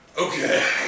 Okay